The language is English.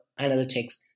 analytics